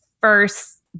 first